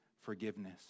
forgiveness